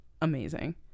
amazing